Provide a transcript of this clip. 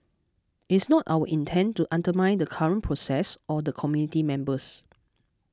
it's not our intent to undermine the current process or the committee members